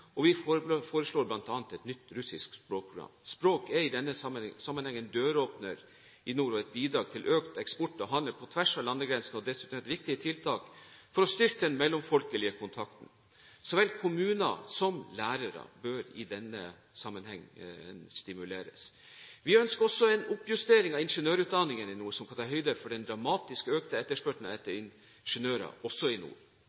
og vi foreslår bl.a. et nytt russisk språkprogram. Språk er i denne sammenheng en døråpner i nord og et bidrag til økt eksport og handel på tvers av landegrensene og dessuten et viktig tiltak for å styrke den mellomfolkelige kontakten. Så vel kommuner som lærere bør i denne sammenheng stimuleres. Vi ønsker også en oppjustering av ingeniørutdanningen i nord som kan ta høyde for den dramatisk økte etterspørselen etter ingeniører også i nord.